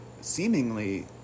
seemingly